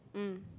mm